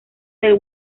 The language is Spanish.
del